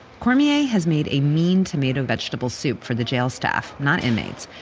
cormier has made a mean tomato vegetable soup for the jail staff, not inmates,